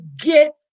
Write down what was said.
get